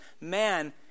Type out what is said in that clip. Man